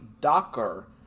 Docker